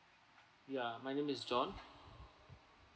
ya my name is john